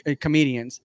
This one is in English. comedians